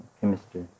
chemistry